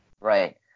Right